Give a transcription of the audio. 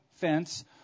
fence